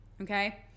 okay